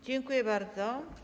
Dziękuję bardzo.